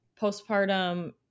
postpartum